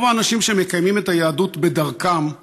רוב האנשים שמקיימים את היהדות בדרכם,